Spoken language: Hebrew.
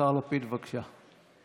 השר לפיד, בבקשה.